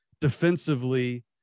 defensively